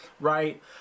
right